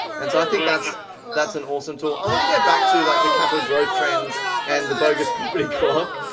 and so i think that's that's an awesome tool. i want to go back to like the capital growth trends and the bogus property clock